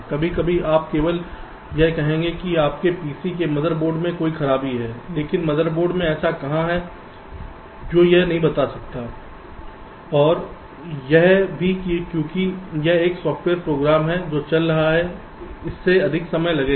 कभी कभी आप केवल यह कहेंगे कि आपके पीसी के मदर बोर्ड में कोई खराबी है लेकिन मदर बोर्ड में ऐसा कहां है जो यह नहीं बता सकता है और यह भी क्योंकि यह एक सॉफ्टवेयर प्रोग्राम है जो चल रहा है इसमें अधिक समय लगेगा